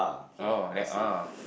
oh then ah